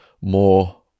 more